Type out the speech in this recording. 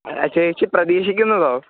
ചേച്ചി പ്രതീക്ഷിക്കുന്നതോ